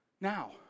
Now